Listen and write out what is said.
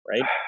Right